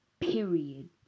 period